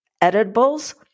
Edibles